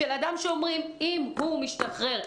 לאדם שאומרים שאם הוא משתחרר,